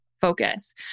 focus